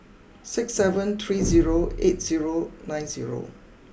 six seven three zero eight zero nine zero